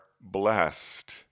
blessed